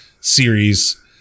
series